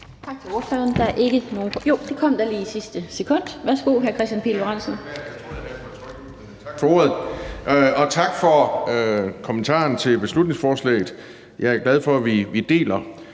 tak for kommentaren til beslutningsforslaget. Jeg er glad for, at vi deler